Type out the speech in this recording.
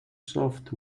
soft